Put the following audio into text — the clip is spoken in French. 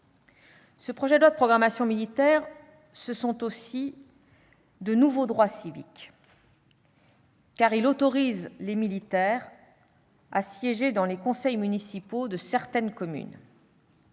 Ce projet de loi de programmation militaire, ce sont aussi de nouveaux droits civiques. Il autorise en effet les militaires à siéger dans les conseils municipaux de certaines communes.